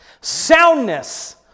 soundness